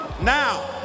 Now